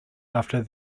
after